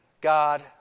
God